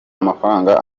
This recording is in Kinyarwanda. amafaranga